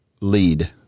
lead